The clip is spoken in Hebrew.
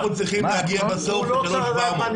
אנחנו צריכים להגיע בסוף ל-3,700.